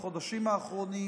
בחודשים האחרונים,